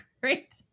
great